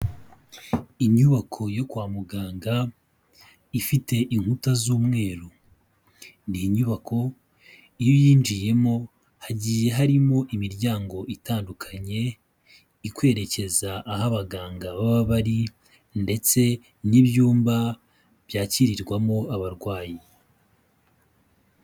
Inyubako yo kwa muganga, ifite inkuta z'umweru, ni iyi nyubako iyo uyinjiyemo hagiye harimo imiryango itandukanye, ikwerekeza aho abaganga baba bari ndetse n'ibyumba byakirirwamo abarwayi.